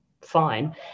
Fine